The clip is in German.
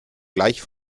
gleich